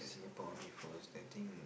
Singapore-Army-Force I think